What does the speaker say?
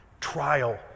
trial